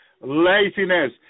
Laziness